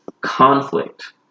conflict